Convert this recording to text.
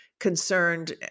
concerned